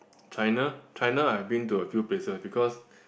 China China I've been to a few places because